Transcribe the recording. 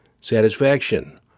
satisfaction